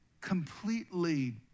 completely